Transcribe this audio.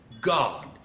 God